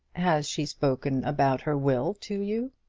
has she spoken about her will to you?